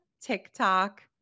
TikTok